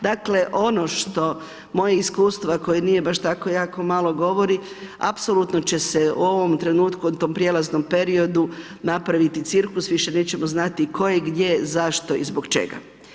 Dakle, ono što moje iskustva koje nije baš tako jako malo govori, apsolutno će se u ovom trenutku, u tom prelaznom periodu, napraviti cirkus, više nećemo znati, tko je gdje, zašto i zbog čega.